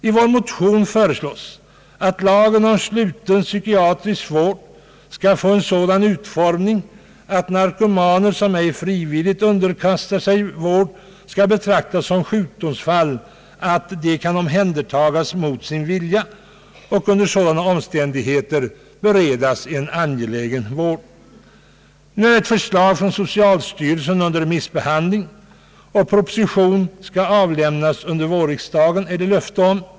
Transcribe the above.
I vår motion föreslås att lagen om sluten psykiatrisk vård skall få en sådan utformning att narkomaner som inte frivilligt underkastar sig vård skall betraktas som sjukdomsfall så att de kan omhändertagas mot sin vilja och beredas en angelägen vård. Nu är ett förslag från socialstyrelsen under remissbehandling, och proposition skall avlämnas under vårriksdagen.